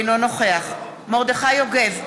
אינו נוכח מרדכי יוגב,